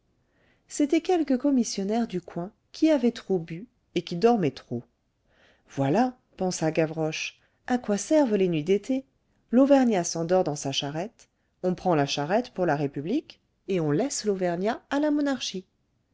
c'était quelque commissionnaire du coin qui avait trop bu et qui dormait trop voilà pensa gavroche à quoi servent les nuits d'été l'auvergnat s'endort dans sa charrette on prend la charrette pour la république et on laisse l'auvergnat à la monarchie